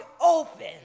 open